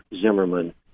Zimmerman